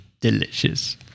delicious